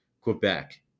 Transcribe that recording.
Quebec